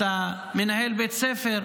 אתה מנהל בית ספר,